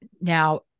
Now